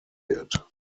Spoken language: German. wird